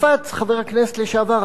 קפץ חבר הכנסת לשעבר,